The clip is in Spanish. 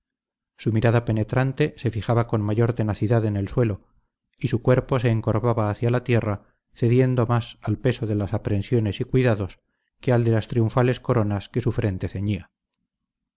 su mirada penetrante se fijaba con mayor tenacidad en el suelo y su cuerpo se encorvaba hacia la tierra cediendo más al peso de las aprensiones y cuidados que al de las triunfales coronas que su frente ceñía